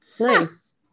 nice